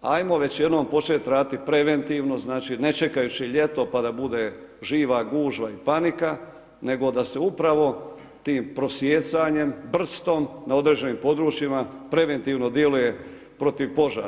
ajmo već jednom poeti raditi preventivno, znači ne čekajući ljeto pa da bude živa gužva i panika, nego da se upravo tim prosjecanjem, prstom, na određenim područjima, preventivno djeluje protiv požara.